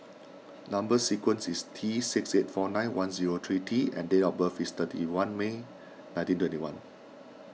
Number Sequence is T six eight four nine one zero three T and date of birth is thirty one May nineteen twenty one